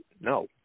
no